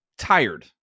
tired